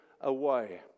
away